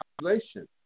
population